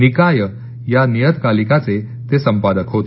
निकाय या नियतकालिकाचे ते संपादक होते